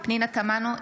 פנינה תמנו,